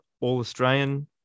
All-Australian